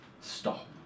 stop